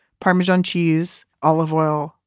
parmesan cheese, olive oil,